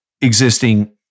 existing